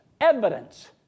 evidence